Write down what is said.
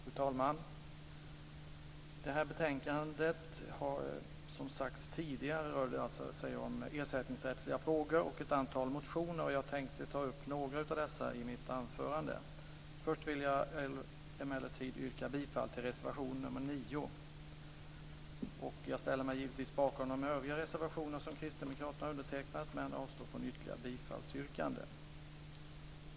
Fru talman! Som tidigare sagts behandlar detta betänkande ersättningsrättsliga frågor och ett antal motioner, och jag tänkte ta upp några av dessa i mitt anförande. Först vill jag emellertid yrka bifall till reservation nr 9. Jag ställer mig givetvis bakom de övriga reservationerna som kristdemokraterna undertecknat, men jag avstår från ytterligare bifallsyrkanden.